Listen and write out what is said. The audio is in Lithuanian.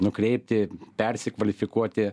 nukreipti persikvalifikuoti